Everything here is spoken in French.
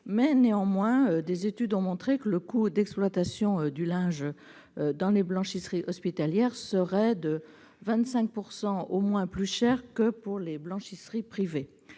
Néanmoins, des études ont montré que le coût d'exploitation du linge des blanchisseries hospitalières serait de 25 % au moins supérieur à celui des blanchisseries privées.